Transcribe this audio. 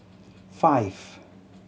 five